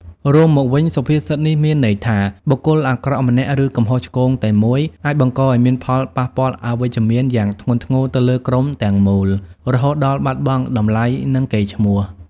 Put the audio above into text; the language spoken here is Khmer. រួមមកវិញ សុភាសិតនេះមានន័យថា បុគ្គលអាក្រក់ម្នាក់ ឬកំហុសឆ្គងតែមួយ អាចបង្កឲ្យមានផលប៉ះពាល់អវិជ្ជមានយ៉ាងធ្ងន់ធ្ងរទៅលើក្រុមទាំងមូល រហូតដល់បាត់បង់តម្លៃ និងកេរ្តិ៍ឈ្មោះ។